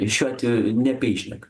šiuo atveju ne apie jį šneka